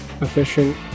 efficient